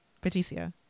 Patricia